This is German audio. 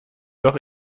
doch